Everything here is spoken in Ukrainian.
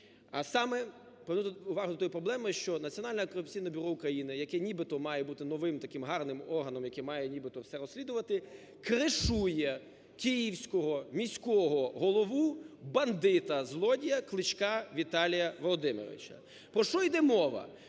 А саме привернути увагу до тої проблеми, що Національне антикорупційне бюро України, яке нібито має бути новим таким гарним органом, який має нібито все розслідувати, кришує київського міського голову бандита, злодія Кличка Віталія Володимировича. Про що іде мова.